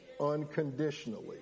unconditionally